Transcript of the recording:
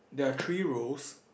there are three rows